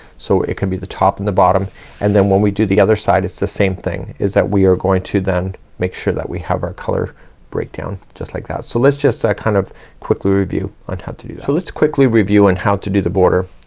so it can be the top and the bottom and then when we do the other side it's the same thing is that we are going to then make sure that we have our color break down just like that. so let's just kind of quickly review on how to do that. so, let's quickly review and how to do the border.